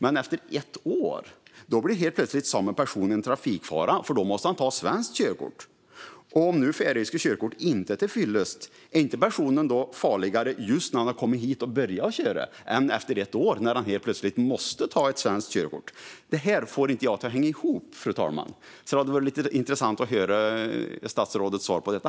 Men efter ett år blir helt plötsligt samma person en trafikfara, och då måste han ta svenskt körkort. Om nu färöiska körkort inte är tillfyllest, är då inte personen farligare just när han kommit hit och börjar att köra här än efter ett år när han helt plötsligt måste ta ett svenskt körkort? Det får jag inte att hänga ihop, fru talman. Det vore lite intressant att få höra statsrådets svar på detta.